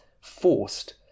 Forced